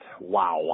Wow